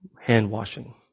hand-washing